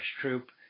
Troop